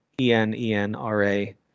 e-n-e-n-r-a